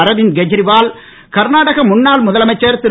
அரவிந்த் கேஜரிவால் கர்நாடக முன்னாள் முதலமைச்சர் திரு